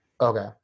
okay